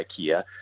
IKEA